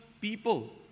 people